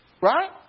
Right